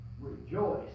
rejoice